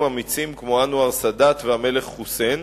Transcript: אמיצים כמו אנואר סאדאת והמלך חוסיין,